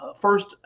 first